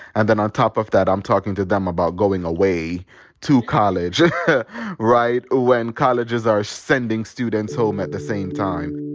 and then on top of that, i'm talking to them about going away to college right when colleges are sending students home at the same time